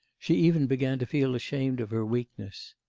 she even began to feel ashamed of her weakness.